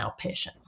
outpatient